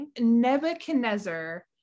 Nebuchadnezzar